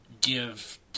give